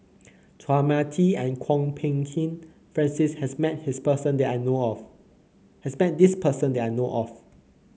Chua Mia Tee and Kwok Peng Kin Francis has met this person that I know of